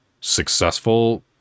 successful